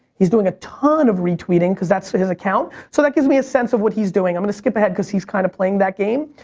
he's doing a ton of retweeting cause that's his account. so that gives me a sense of what he's doing. i'm gonna skip ahead cause he's kind of playing that game.